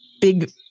Big